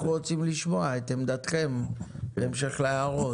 אנחנו רוצים לשמוע את עמדתכם, בהמשך להערות.